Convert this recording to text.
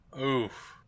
Oof